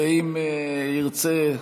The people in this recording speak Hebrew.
ואם ירצה,